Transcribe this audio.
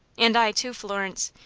and i, too, florence.